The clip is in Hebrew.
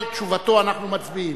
על תשובתו אנחנו מצביעים.